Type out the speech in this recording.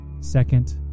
Second